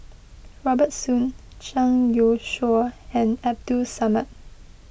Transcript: Robert Soon Zhang Youshuo and Abdul Samad